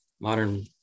modern